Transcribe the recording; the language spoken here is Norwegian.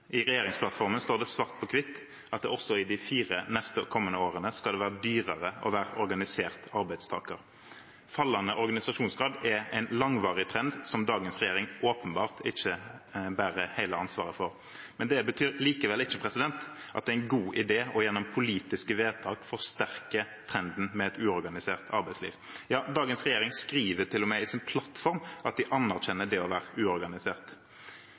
i regjeringsplattformen står det svart på hvitt at det også i de kommende fire årene skal være dyrere å være organisert arbeidstaker. Fallende organisasjonsgrad er en langvarig trend som dagens regjering åpenbart ikke bærer hele ansvaret for, men det betyr likevel ikke at det er en god idé gjennom politiske vedtak å forsterke trenden med et uorganisert arbeidsliv. Dagens regjering skriver til og med i sin plattform at de anerkjenner det å være uorganisert.